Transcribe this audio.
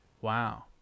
wow